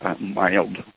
mild